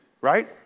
right